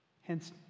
Hence